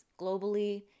globally